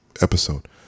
episode